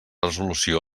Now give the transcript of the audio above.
resolució